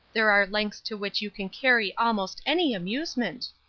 there are lengths to which you can carry almost any amusement.